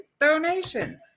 donation